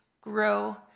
grow